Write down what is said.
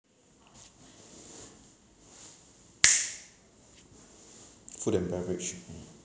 food and beverage